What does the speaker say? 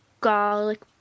garlic